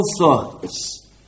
thoughts